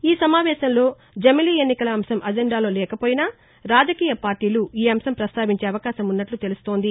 ఈ సమావేశంలో జమిలి ఎన్నికల అంశం అజెండాలో లేకపోయినా రాజకీయ పార్టీలు ఈ అంశం ప్రస్తావించే అవకాశం ఉన్నట్ల తెలుస్తోంది